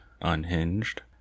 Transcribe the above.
Unhinged